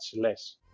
less